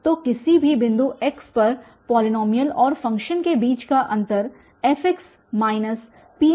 तो किसी भी बिंदु x पर पॉलीनॉमियल और फ़ंक्शन के बीच का अंतर fx Pnxfn1n1